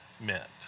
meant